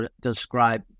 describe